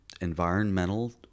environmental